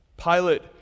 Pilate